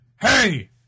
Hey